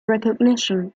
recognition